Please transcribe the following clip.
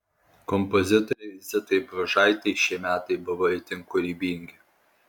kompozitorei zitai bružaitei šie metai buvo itin kūrybingi